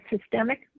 systemic